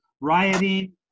rioting